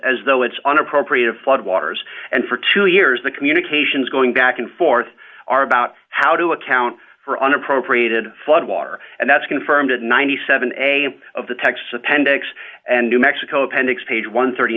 as though it's on appropriated floodwaters and for two years the communications going back and forth are about how to account for unappropriated flood water and that's confirmed at ninety seven a of the texas appendix and new mexico appendix page one